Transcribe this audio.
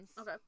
Okay